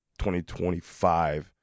2025